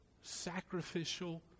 sacrificial